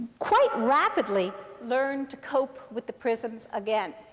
quite rapidly learn to cope with the prisms again.